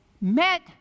met